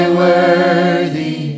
worthy